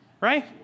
Right